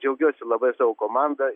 džiaugiuosi labai savo komanda